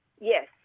Yes